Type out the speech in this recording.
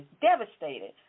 devastated